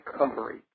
recovery